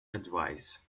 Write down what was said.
advise